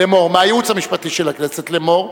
לאמור: